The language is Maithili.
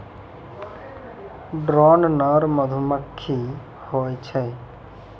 ड्रोन नर मधुमक्खी होय छै